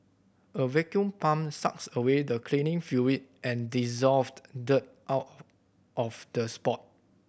a vacuum pump sucks away the cleaning fluid and dissolved dirt out of the spot